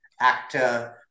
actor